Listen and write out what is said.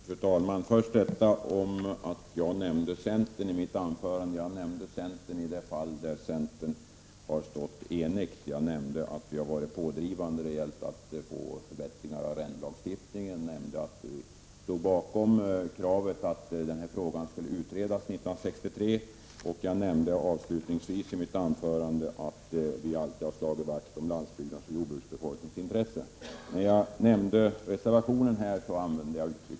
Fru talman! Först till det faktum att jag nämnde centern i mitt anförande. Jag nämnde centern i de sammanhang där centern har stått enig. Jag nämnde att vi har varit pådrivande när det gällt att få till stånd förbättringar av arrendelagstiftningen, jag nämnde att vi stod bakom kravet 1983 att den här frågan skulle utredas och jag nämnde avslutningsvis i mitt anförande att vi alltid har slagit vakt om landsbygdens och jordbruksbefolkningens intressen. När jag talade om reservationen gjorde jag det i jagform.